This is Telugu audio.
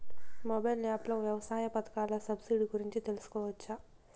మొబైల్ యాప్ లో వ్యవసాయ పథకాల సబ్సిడి గురించి తెలుసుకోవచ్చా?